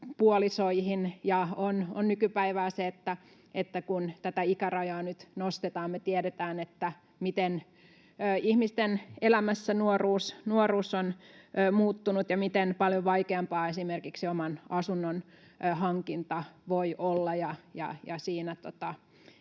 aviopuolisoihin, ja on nykypäivää se, että tätä ikärajaa nyt nostetaan — me tiedetään, miten ihmisten elämässä nuoruus on muuttunut ja miten paljon vaikeampaa esimerkiksi oman asunnon hankinta voi olla